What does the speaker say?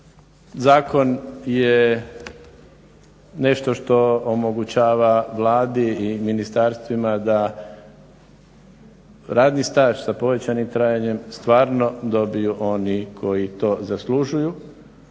Zakon je nešto što omogućava Vladi i ministarstvima da radni staž sa povećanim trajanjem stvarno dobiju oni koji to zaslužuju,